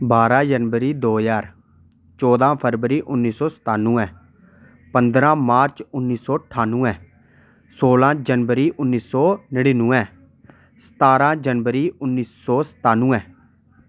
बारां जनवरी दो ज्हार चौदां फरवरी उन्नी सौ सतानवैं पंदरां मार्च उन्नी सौ ठानवैं सोलां जनवरी उन्नी सौ नड़ीनवैं सतारां जनवरी उन्नी सौ सतानवैं